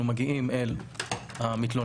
אנחנו מגיעים אל המתלונן,